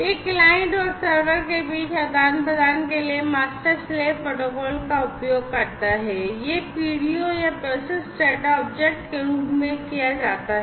यह क्लाइंट और सर्वर के बीच आदान प्रदान के लिए मास्टर स्लेव प्रोटोकॉल का उपयोग करता है और यह पीडीओ या प्रोसेस डेटा ऑब्जेक्ट के रूप में किया जाता है